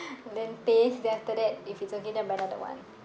then taste then after that if it's okay then buy another one